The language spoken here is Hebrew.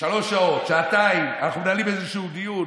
שלוש שעות, שעתיים, אנחנו מנהלים איזשהו דיון?